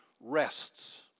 rests